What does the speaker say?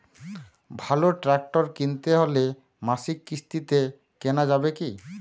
ভালো ট্রাক্টর কিনতে হলে মাসিক কিস্তিতে কেনা যাবে কি?